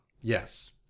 Yes